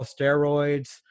steroids